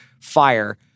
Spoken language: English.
fire